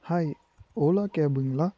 hi Ola கேபுங்களா